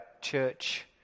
church